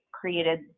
created